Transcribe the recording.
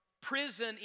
prison